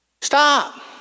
Stop